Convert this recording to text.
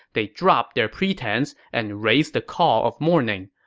they dropped their pretense and raised the call of mourning.